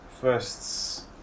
first